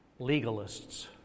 legalists